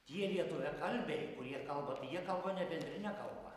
tie lietuviakalbiai kurie kalba tai jie kalba ne bendrine kalba